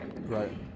Right